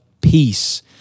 peace